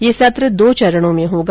यह सत्र दो चरणों में होगा